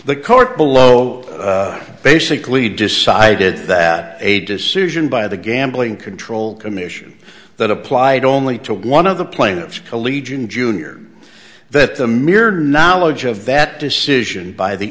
the court below basically decided that a decision by the gambling control commission that applied only to one of the plaintiffs collegian jr that the mere knowledge of that decision by the